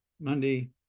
Monday